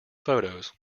photos